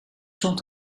zond